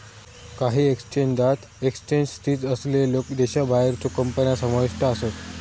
काही एक्सचेंजात एक्सचेंज स्थित असलेल्यो देशाबाहेरच्यो कंपन्या समाविष्ट आसत